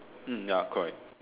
hmm ya correct